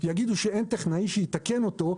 יגידו שאין טכנאי שיתקן אותו,